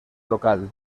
local